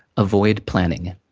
avoid planning.